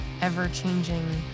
ever-changing